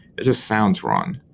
it just sounds wrong.